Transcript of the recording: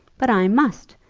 but i must.